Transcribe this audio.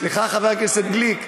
סליחה, חבר הכנסת גליק?